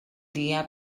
dia